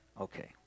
Okay